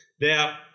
now